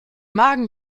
magen